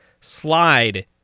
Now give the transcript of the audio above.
slide